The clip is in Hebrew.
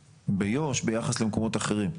כוחות.